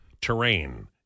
terrain